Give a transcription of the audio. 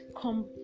come